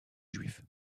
juifs